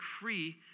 free